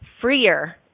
freer